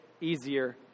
easier